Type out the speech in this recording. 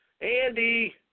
Andy